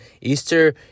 Easter